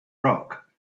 rock